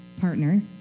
partner